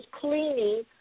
cleaning